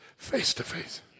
Face-to-face